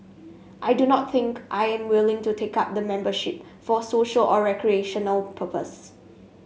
I do not think I am willing to take up the membership for social or recreational purpose